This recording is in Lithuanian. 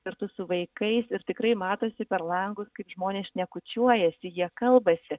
kartu su vaikais ir tikrai matosi per langus kaip žmonės šnekučiuojasi jie kalbasi